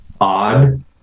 odd